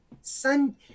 sun